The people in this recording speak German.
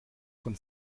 von